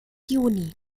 juni